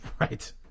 Right